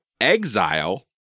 Exile